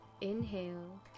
inhale